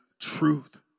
truth